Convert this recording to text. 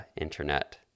internet